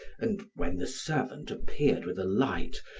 and when the servant appeared with a light,